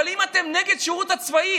אבל אם אתם נגד שירות צבאי,